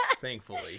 Thankfully